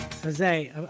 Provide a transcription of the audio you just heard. Jose